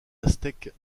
aztèques